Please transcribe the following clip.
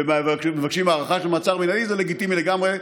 וכשמבקשים הארכה של מעצר מינהלי זה לגיטימי לגמרי,